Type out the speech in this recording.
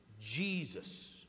Jesus